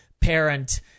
parent